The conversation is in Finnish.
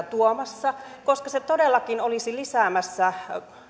tuomassa koska se todellakin olisi lisäämässä